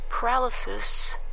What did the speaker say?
Paralysis